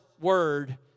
word